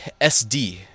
SD